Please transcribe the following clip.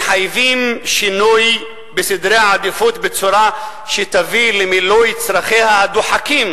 מחייבים שינוי בסדר העדיפויות בצורה שתביא למילוי צרכיה הדוחקים